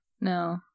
No